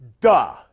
Duh